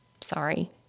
sorry